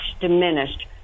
diminished